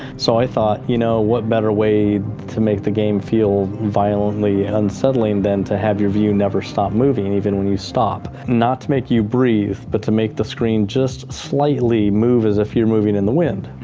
so, i thought, you know what better way to make the game feel violently unsettling than to have your view never stop moving, even when you stop? not to make you breathe, but to make the screen just slightly move as if you're moving in the wind.